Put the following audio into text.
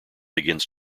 begins